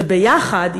ויחד,